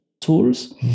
tools